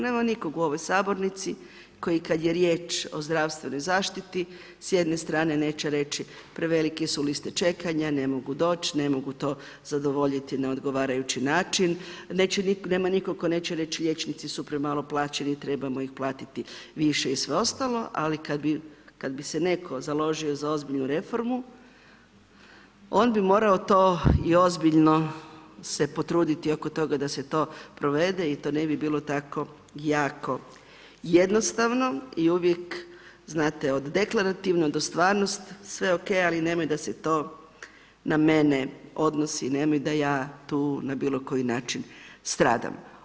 Nema nikog u ovoj sabornici koji kada je riječ o zdravstvenoj zaštiti s jedne strane neće reći prevelike su liste čekanja, ne mogu doći, ne mogu to zadovoljiti na odgovarajući način, neće nitko, nema nitko tko neće reći liječnici su premalo plaćeni, trebamo ih platiti više i sve ostalo ali kada bi se netko založio za ozbiljnu reformu on bi morao to i ozbiljno se potruditi oko toga da se to provede i to ne bi bilo tako jako jednostavno i uvijek znate od deklarativno do stvarnost sve ok ali nemoj da se to na mene odnosi, nemoj da ja tu na bilo koji način stradam.